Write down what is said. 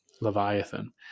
Leviathan